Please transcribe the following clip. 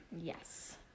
Yes